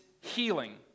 healing